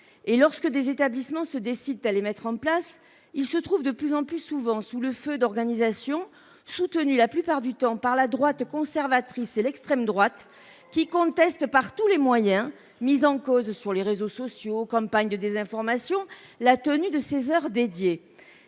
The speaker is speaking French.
Et lorsque des établissements se décident à les mettre en place, ils se trouvent de plus en plus souvent sous le feu d’organisations, soutenues la plupart du temps par la droite conservatrice et l’extrême droite, qui contestent par tous les moyens – mise en cause sur les réseaux sociaux, campagnes de désinformation, etc. – la tenue de ces heures dédiées.